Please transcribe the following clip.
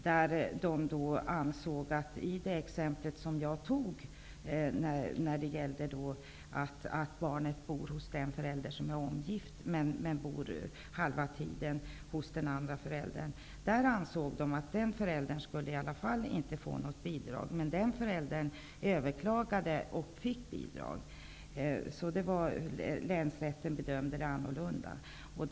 Man ansåg där att i det exempel jag tog upp -- dvs. att barnet bor halva tiden hos den ena föräldern som är omgift och halva tiden hos den andra föräldern -- att den andra föräldern inte skulle få något bidrag. Den föräldern överklagade och fick sedan bidraget. Länsrätten gjorde alltså en annan bedömning.